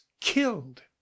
killed